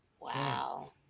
Wow